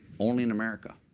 only in america.